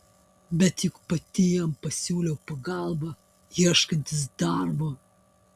bet juk pati jam pasiūliau pagalbą ieškantis darbo